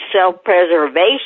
self-preservation